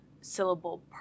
syllable